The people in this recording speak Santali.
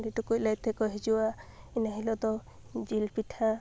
ᱦᱟᱺᱰᱤ ᱴᱩᱠᱩᱡ ᱞᱟᱹᱭ ᱛᱮᱠᱚ ᱦᱤᱡᱩᱜᱼᱟ ᱤᱱᱟᱹ ᱦᱤᱞᱚᱜᱫᱚ ᱡᱤᱞ ᱯᱤᱴᱷᱟᱹ